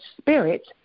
spirit